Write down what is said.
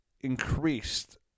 increased